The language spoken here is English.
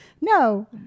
No